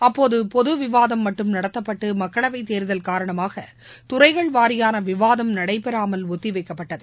அப்போது பொது விவாதம் மட்டும் நடத்தப்பட்டு மக்களவைத் தேர்தல் காரணமாக துறைகள் வாரியான விவாதம் நடைபெறாமல் ஒத்தி வைக்கப்பட்டது